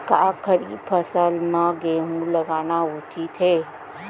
का खरीफ फसल म गेहूँ लगाना उचित है?